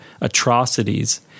atrocities